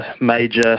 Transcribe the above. major